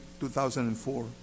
2004